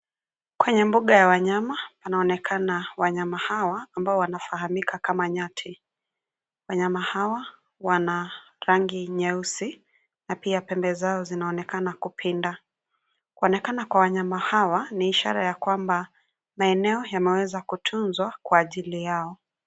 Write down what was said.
Kwenye mbuga ya wanyama wanaonekana wanyama hawa ambao wanafaamika kama nyati. Wanyama hawa wana rangi nyeusi na pia pembe zao zinaonekana kupinda. Kuonekana kwa wanyama hawa ni ishara ya kwamba maeneo yanaweza kutunzwa kwa ajili yao.